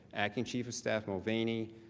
acting chief of staff mulvaney,